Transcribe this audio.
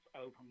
open